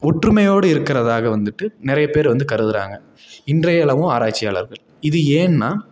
ஒற்றுமையோடு இருக்கிறதாக வந்துட்டு நிறைய பேர் வந்து கருதுகிறாங்க இன்றைய அளவும் ஆராய்ச்சியாளர்கள் இது ஏன்னால்